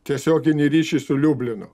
tiesioginį ryšį su liublinu